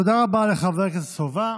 תודה רבה לחבר הכנסת סובה.